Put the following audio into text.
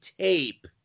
tape